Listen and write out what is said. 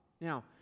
Now